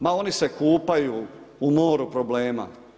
Ma oni se kupaju u moru problema.